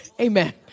Amen